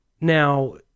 Now